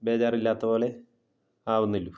ബേജാറില്ലാത്തതുപോലെ ആവുന്നുള്ളൂ